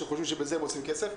שחושבים שבזה הן עושות כסף.